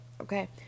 okay